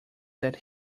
that